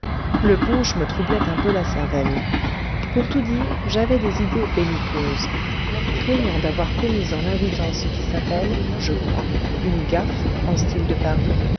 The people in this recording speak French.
le punch me troublait un peu la cervelle pour tout dire j'avais des idées belliqueuses craignant d'avoir commis en l'invitant ce qui s'appelle je crois une gaffe en style de paris